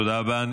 תודה רבה.